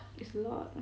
is a lot